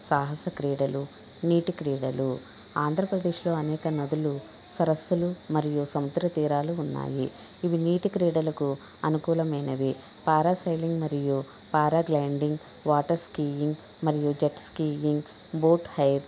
సాహస క్రీడలు నీటి క్రీడలు ఆంధ్రప్రదేశ్లో అనేక నదులు సరస్సులు మరియు సముద్రతీరాలు ఉన్నాయి ఇవి నీటి క్రీడలకు అనుకూలమైనవి పారా సైలింగ్ మరియు పారా గ్లైన్డింగ్ వాటర్ స్కీయింగ్ మరియు జెట్ స్కీయింగ్ బోట్ హైర్